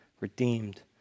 redeemed